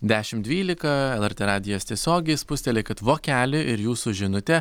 dešimt dvylika lrt radijas tiesiogiai spustelėkit vokelį ir jūsų žinutė